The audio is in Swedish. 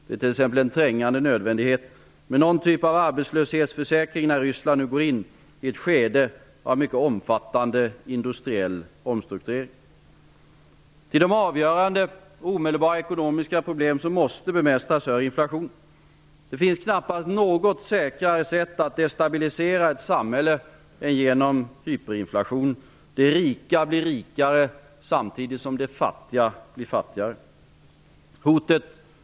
Det är t.ex. en trängande nödvändighet med någon typ av arbetslöshetsförsäkring när Ryssland nu går in i ett skede av mycket omfattande industriell omstrukturering. Till de avgörande och omedelbara ekonomiska problem som måste bemästras hör inflationen. Det finns knappast något säkrare sätt att destabilisera och förstöra ett samhälle än genom hyperinflation. De rika blir rikare samtidigt som de fattiga blir fattigare, och varje typ av för samhällsekonomin konstruktivt beteende upphör.